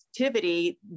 activity